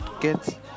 get